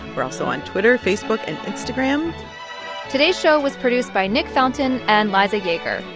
we're also on twitter, facebook and instagram today's show was produced by nick fountain and liza yeager.